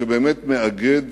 שבאמת מאגד